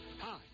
Hi